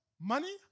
money